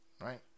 right